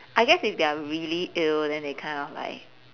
I guess if they're really ill then they kind of like